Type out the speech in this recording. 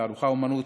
תערוכות אומנות,